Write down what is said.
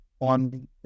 on